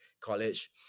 college